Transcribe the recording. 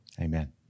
Amen